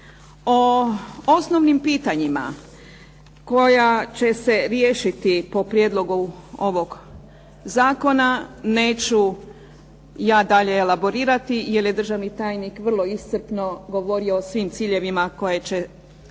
O osnovnim pitanjima koja će se riješiti po prijedlogu ovog Zakona neću ja dalje elaborirati jer je državni tajnik vrlo iscrpno govorio o svim ciljevima koje će